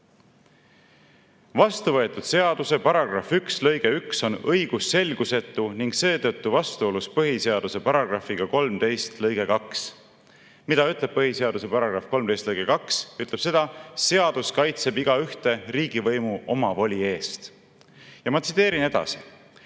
"Vastuvõetud seaduse paragrahv 1 lõige 1 on õigusselgusetu ning seetõttu vastuolus põhiseaduse paragrahv 13 lõige 2." Mida ütleb põhiseaduse § 13 lõige 2? Ütleb seda: "Seadus kaitseb igaühte riigivõimu omavoli eest." Ja ma tsiteerin edasi.